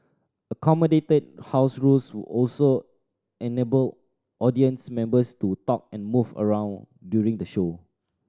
accommodated house rules also enabled audience members to talk and move around during the show